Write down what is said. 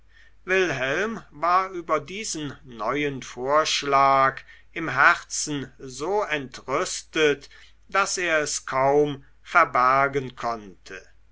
wilhelm war über diesen neuen vorschlag im herzen so entrüstet daß er es kaum verbergen konnte